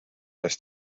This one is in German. das